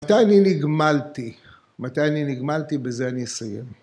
‫מתי אני נגמלתי? ‫מתי אני נגמלתי? בזה אני אסיים.